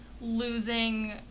losing